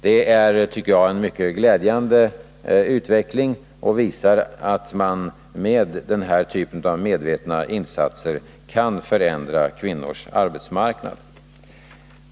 Detta är, tycker jag, en mycket glädjande utveckling, som visar att man med den här typen av medvetna insatser kan förändra kvinnors arbetsmarknad.